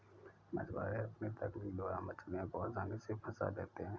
मछुआरे अपनी तकनीक द्वारा मछलियों को आसानी से फंसा लेते हैं